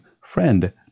Friend